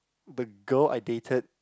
the girl I dated